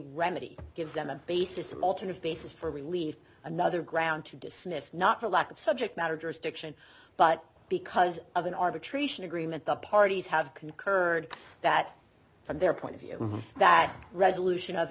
remedy gives them a basis of alternate basis for relief another ground to dismiss not for lack of subject matter jurisdiction but because of an arbitration agreement the parties have concurred that from their point of view that resolution of